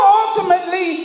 ultimately